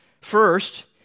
first